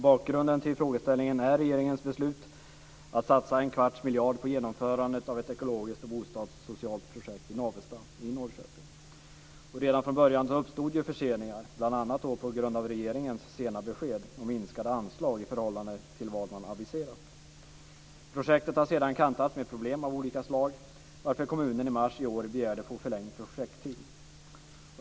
Bakgrunden till frågeställningen är regeringens beslut att satsa en kvarts miljard på genomförandet av ett ekologiskt och socialt bostadsprojekt i Navestad i Norrköping. Redan från början uppstod förseningar, bl.a. på grund av regeringens sena besked om minskade anslag i förhållande till vad den aviserat. Projektet har sedan kantats av problem av olika slag, varför kommunen i mars i år begärde förlängd projekttid.